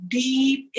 deep